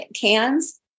cans